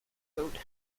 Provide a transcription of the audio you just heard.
road